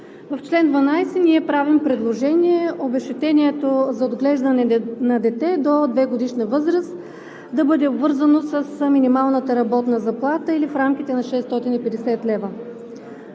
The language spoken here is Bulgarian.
В чл. 12 ние правим предложение обезщетението за отглеждане на дете до 2-годишна възраст да бъде обвързано с минималната работна заплата или в рамките на 650 лв.